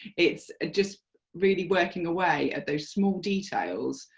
it's ah just really working away at those small details,